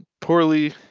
poorly